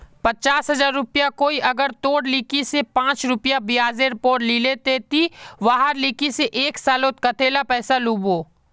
पचास हजार रुपया कोई अगर तोर लिकी से पाँच रुपया ब्याजेर पोर लीले ते ती वहार लिकी से एक सालोत कतेला पैसा लुबो?